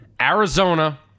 Arizona